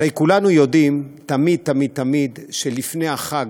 הרי כולנו יודעים תמיד שלפני החג,